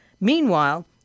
Meanwhile